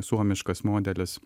suomiškas modelis